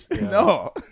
No